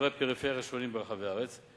החליטה החברה לבחון אפשרויות נוספות להקמת המפעל.